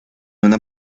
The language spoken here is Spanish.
una